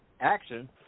action